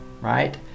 right